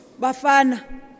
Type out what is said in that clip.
Bafana